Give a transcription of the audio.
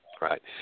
Right